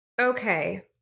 Okay